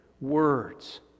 words